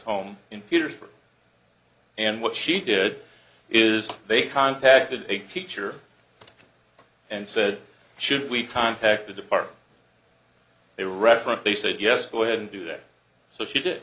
home in petersburg and what she did is they contacted a teacher and said should we contacted department they reference they said yes go ahead and do that so she did